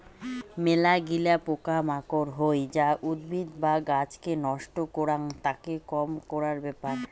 মেলাগিলা পোকা মাকড় হই যা উদ্ভিদ বা গাছকে নষ্ট করাং, তাকে কম করার ব্যাপার